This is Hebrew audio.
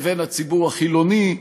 לבין הציבור החילוני,